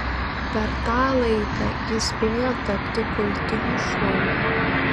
per tą laiką jis spėjo tapti kultiniu šou